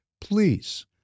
please